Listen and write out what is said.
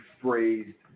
phrased